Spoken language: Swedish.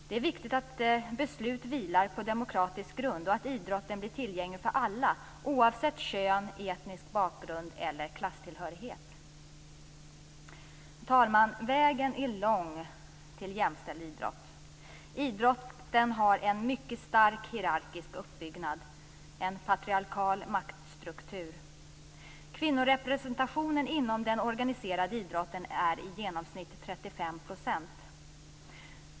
Det är viktigt att beslut vilar på demokratisk grund och att idrotten blir tillgänglig för alla, oavsett kön, etnisk bakgrund eller klasstillhörighet. Herr talman! Vägen är lång till jämställd idrott. Idrotten har en mycket stark hierarkisk uppbyggnad, en patriarkal maktstruktur. Kvinnorepresentationen inom den organiserade idrotten är i genomsnitt 35 %.